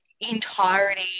entirety